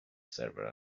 server